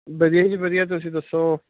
ਵਧੀਆ ਜੀ ਵਧੀਆ ਤੁਸੀਂ ਦੱਸੋ